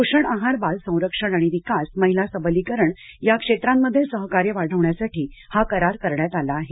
पोषण आहार बाल संरक्षण आणि विकास महिला सबलीकरण या क्षेत्रांमध्ये सहकार्य वाढविण्यासाठी हा करार करण्यात आला आहे